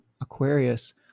Aquarius